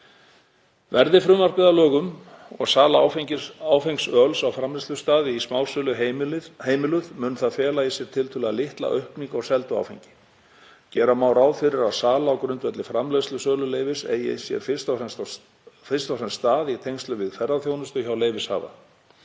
Verði frumvarpið að lögum og sala áfengs öls á framleiðslustað í smásölu heimiluð mun það fela í sér tiltölulega litla aukningu á seldu áfengi. Gera má ráð fyrir að sala á grundvelli framleiðslusöluleyfis eigi sér fyrst og fremst stað í tengslum við ferðaþjónustu hjá leyfishafa.